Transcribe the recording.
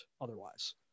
otherwise